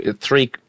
three